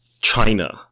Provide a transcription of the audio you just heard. china